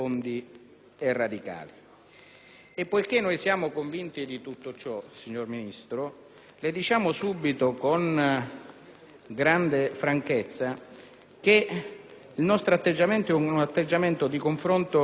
E poiché siamo convinti di tutto ciò, signor Ministro, le diciamo subito con grande franchezza che il nostro è un atteggiamento di confronto costruttivo su questo tema,